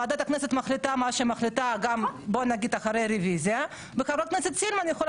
ועדת הכנסת מחליטה מה שמחליטה גם אחרי רביזיה וחברת הכנסת סילמן יכולה